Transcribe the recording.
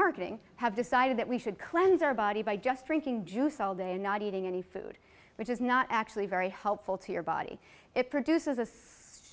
marketing have decided that we should cleanse our body by just drinking juice all day and not eating any food which is not actually very helpful to your body it produces a